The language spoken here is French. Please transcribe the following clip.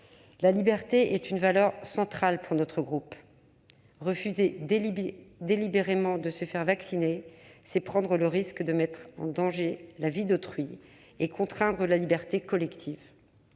La liberté est une valeur centrale pour notre groupe. Refuser délibérément de se faire vacciner, c'est prendre le risque de mettre en danger la vie d'autrui et contraindre la liberté collective.